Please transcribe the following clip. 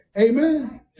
amen